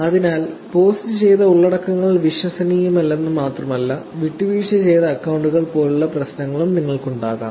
അതിനാൽ പോസ്റ്റുചെയ്ത ഉള്ളടക്കങ്ങൾ വിശ്വസനീയമല്ലെന്ന് മാത്രമല്ല വിട്ടുവീഴ്ച ചെയ്ത അക്കൌണ്ടുകൾ പോലുള്ള പ്രശ്നങ്ങളും നിങ്ങൾക്ക് ഉണ്ടാകാം